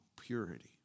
purity